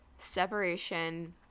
Separation